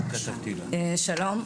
שלום,